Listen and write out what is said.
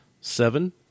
Seven